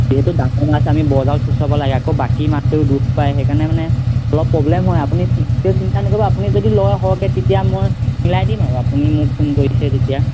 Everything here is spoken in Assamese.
যিহেতু ডাঙৰ মাছ আমি বজাৰত চুচৰাব লাগে আকৌ বাকী মাছেও দুখ পায় সেইকাৰণে মানে অলপ প্ৰব্লেম হয় আপুনি তেও চিন্তা নকৰিব আপুনি যদি লয় সৰহকৈ তেতিয়া মই মিলাই দিম আৰু আপুনি মোক ফোন কৰিছে যেতিয়া